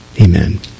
Amen